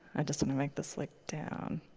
i just want to make this look down.